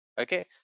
okay